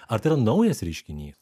ar tai yra naujas reiškinys